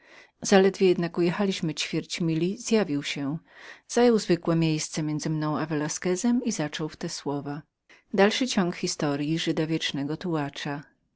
zaledwie jednak ujechaliśmy ćwierć mili zjawił się zajął zwykłe miejsce między mną a velasquezem i zaczął w te słowa